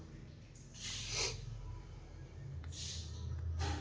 ಉದ್ಯಮದಲ್ಲಿನ ತಂತ್ರಜ್ಞಾನದ ರೂಪಾಂತರವು ನೇರ ಪೂರೈಕೆ ಮತ್ತು ಸುಗಮ ವಿತರಣೆಯನ್ನು ಖಚಿತಪಡಿಸುತ್ತದೆ